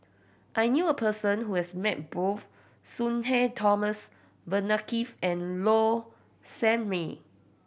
I knew a person who has met both Sudhir Thomas Vadaketh and Low Sanmay